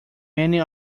many